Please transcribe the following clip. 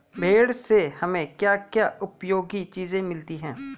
भेड़ से हमें क्या क्या उपयोगी चीजें मिलती हैं?